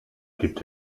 gibt